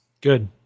Good